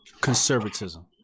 conservatism